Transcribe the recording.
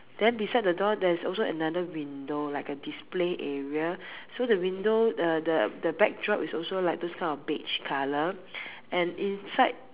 then beside the door there's also another window like a display area so the window uh the the backdrop is also those kind of beige colour and inside